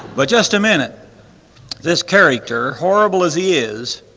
but just a minute this character horrible as he is,